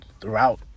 throughout